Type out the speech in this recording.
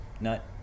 nut